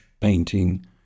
painting